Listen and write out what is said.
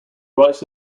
rice